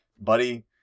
buddy